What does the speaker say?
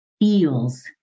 feels